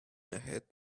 ahead